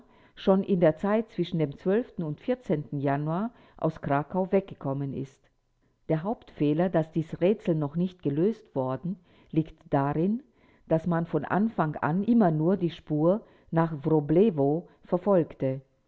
schon in der zeit zwischen dem und januar aus krakau weggekommen ist der hauptfehler daß dies rätsel noch nicht gelöst worden liegt darin daß man von anfang an immer nur die spur nach wroblewo verfolgte